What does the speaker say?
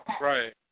Right